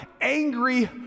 angry